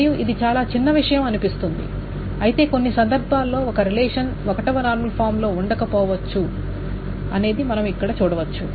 మరియు ఇది చాలా చిన్నవిషయం అనిపిస్తుంది అయితే కొన్ని సందర్భాల్లో ఒక రిలేషన్ 1 వ నార్మల్ ఫామ్లో ఉండకపోవచ్చని మనం చూడవచ్చు